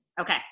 Okay